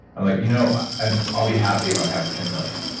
and like you know and i'll be happy when i have ten million